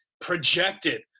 projected